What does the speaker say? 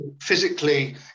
physically